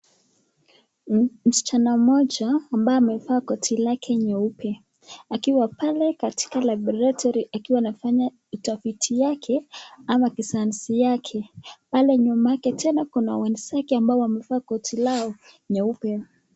Msichana mmoja ambaye amevaa koti lake nyeupe akiwa pale katika labaratory akiwa anafanya utafiti yake ama kisayansi yake. Pale nyuma yake tena kuna wenzake ambao wamevaa koti lao nyeupe.